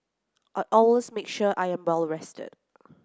I always make sure I am well rested